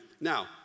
Now